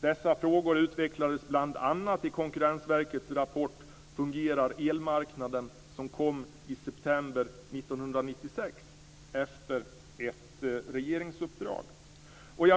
Dessa frågor utvecklas bl.a. i Konkurrensverkets rapport Fungerar elmarknaden?, som kom i september 1996 efter ett regeringsuppdrag.